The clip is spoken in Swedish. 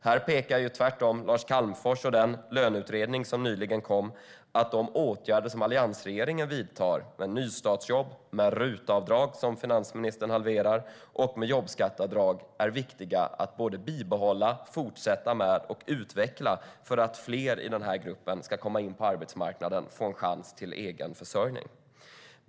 Här pekar tvärtom Lars Calmfors och den löneutredning som nyligen kom på att de åtgärder som alliansregeringen vidtog med nystartsjobb, med RUT-avdrag - som finansministern halverar - och med jobbskatteavdrag är viktiga att bibehålla, fortsätta med och utveckla för att fler i denna grupp ska komma in på arbetsmarknaden och få en chans till egen försörjning.